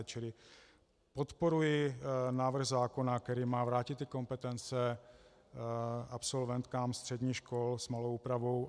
Čili podporuji návrh zákona, který má vrátit kompetence absolventkám středních škol, s malou úpravou.